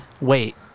wait